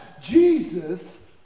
Jesus